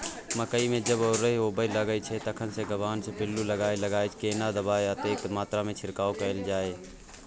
मकई मे जब ओरहा होबय लागय छै तखन से गबहा मे पिल्लू लागय लागय छै, केना दबाय आ कतेक मात्रा मे छिरकाव कैल जाय?